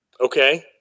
okay